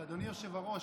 אבל אדוני היושב-ראש,